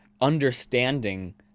understanding